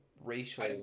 racial